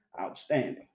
outstanding